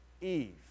Eve